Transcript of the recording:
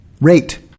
rate